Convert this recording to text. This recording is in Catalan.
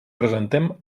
presentem